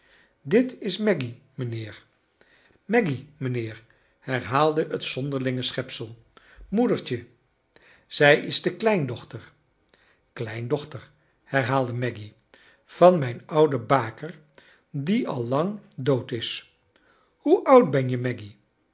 dit is maggy mijnheer maggy mijnheer herhaalde het zonderlinge schepsel moedertje zij is de kleindochter charles dickens kleindochter herhaalde maggy van mijn oude baker die al lang dood is hoe oud ben je maggy